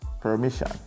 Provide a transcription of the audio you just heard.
permission